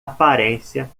aparência